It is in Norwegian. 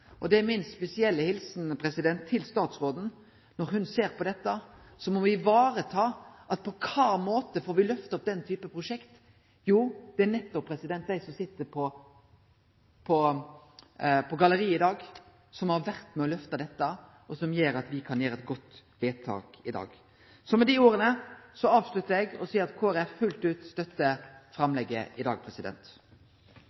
spesielle helsing til statsråden er at ho, når ho ser på dette, varetek den måten ein får lyfta opp denne typen prosjekt på. Det er nettopp dei som sit på galleriet i dag, som har vore med på å lyfte dette, og som gjer at me kan gjere eit godt vedtak i dag. Med dei orda avsluttar eg og seier at Kristeleg Folkeparti fullt ut støttar